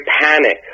panic